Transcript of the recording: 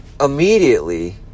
immediately